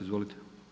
Izvolite.